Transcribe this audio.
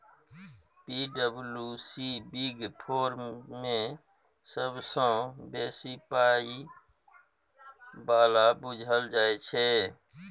पी.डब्ल्यू.सी big four मे सबसँ बेसी पाइ बला बुझल जाइ छै